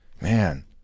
Man